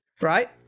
right